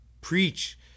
preach